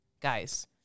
guys